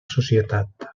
societat